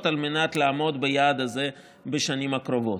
על מנת לעמוד ביעד הזה בשנים הקרובות.